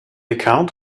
account